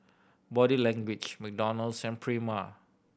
Body Language McDonald's and Prima